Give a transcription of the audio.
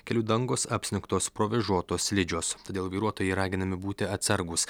kelių dangos apsnigtos provėžotos slidžios todėl vairuotojai raginami būti atsargūs